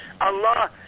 Allah